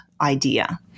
idea